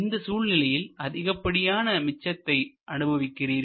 இந்த சூழ்நிலையில் அதிகப்படியான மிச்சத்தை அனுபவிக்கிறீர்கள்